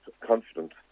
confidence